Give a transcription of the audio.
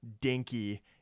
Dinky